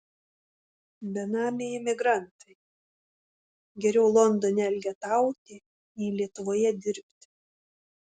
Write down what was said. benamiai emigrantai geriau londone elgetauti nei lietuvoje dirbti